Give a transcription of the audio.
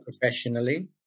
professionally